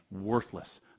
worthless